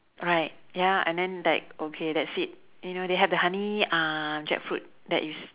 right ya and then like okay that's it you know they have the honey uh jackfruit that is